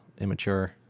immature